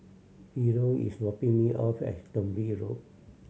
Philo is dropping me off at Thong Bee Road